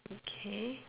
okay